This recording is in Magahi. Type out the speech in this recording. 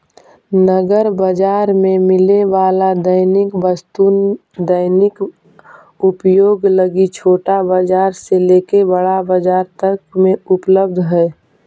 नगर बाजार में मिले वाला दैनिक वस्तु दैनिक उपयोग लगी छोटा बाजार से लेके बड़ा बाजार तक में उपलब्ध हई